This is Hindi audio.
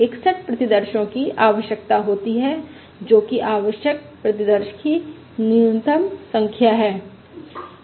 61 प्रतिदर्शो की आवश्यकता होती है जोकि आवश्यक प्रतिदर्श की न्यूनतम संख्या है